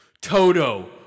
Toto